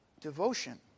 devotion